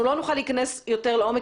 אנחנו לא נוכל להיכנס יותר לעומק,